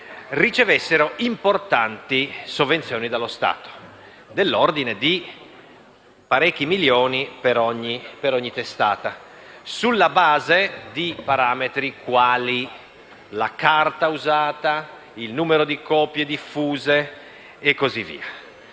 dallo Stato importanti sovvenzioni, dell'ordine di parecchi milioni di euro ciascuno, sulla base di parametri quali la carta usata, il numero di copie diffuse e così via.